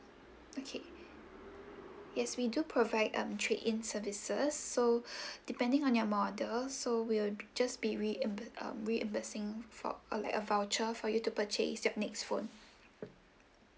okay yes we do provide um trade in services so depending on your model so we'll just be reimburse um we reimbursing for a like a voucher for you to purchase your next phone